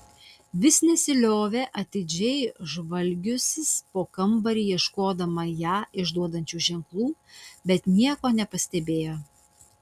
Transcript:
vis nesiliovė atidžiai žvalgiusis po kambarį ieškodama ją išduodančių ženklų bet nieko nepastebėjo